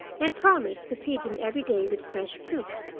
and promised to feed him every day with fresh fruit.